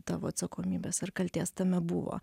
tavo atsakomybės ar kaltės tame buvo